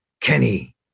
Kenny